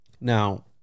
Now